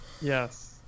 Yes